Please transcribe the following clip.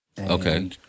Okay